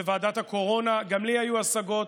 בוועדת הקורונה, גם לי היו השגות,